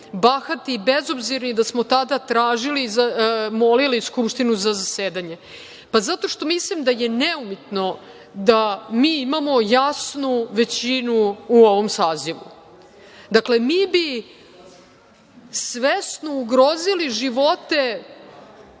bahati i bezobzirni da smo tada tražili i molili Skupštinu za zasedanje? Pa zato što mislim da je neumitno da mi imamo jasnu većinu u ovom sazivu. Dakle, mi bi svesno ugrozili živote